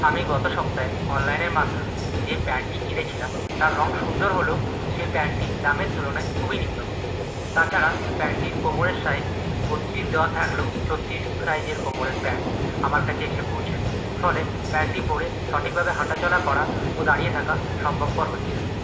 আমি গত সপ্তাহে অনলাইনের মাধ্যমে যে প্যান্টটি কিনেছিলাম তার রং সুন্দর হলেও সেই প্যান্টটি দামের তুলনায়ে খুবই নিম্ন মানের তাছাড়া প্যান্টটির কোমরের সাইজ বত্রিশ দেওয়া থাকলেও ছত্রিশ সাইজের কোমরের প্যান্ট আমার কাছে এসে পৌঁছয় ফলে প্যান্টটি পরে সঠিকভাবে হাঁটাচলা করা ও দাঁড়িয়ে থাকা সম্ভবপর হচ্ছে না